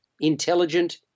intelligent